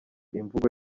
imvugo